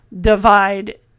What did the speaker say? divide